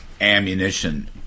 ammunition